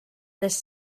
this